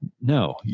No